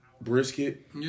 Brisket